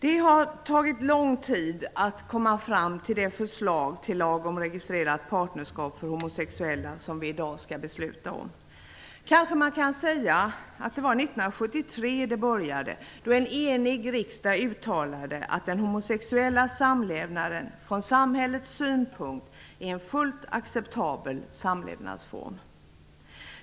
Det har tagit lång tid att komma fram till det förslag till lag om registrerat partnerskap för homosexuella som vi i dag skall fatta beslut om. Man kanske kan säga att detta arbete började år 1973. Då uttalade en enig riksdag att den homosexuella samlevnaden från samhällets synpunkt är en fullt acceptabel samlevnadsform.